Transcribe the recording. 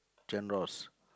genres